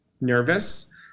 nervous